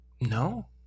No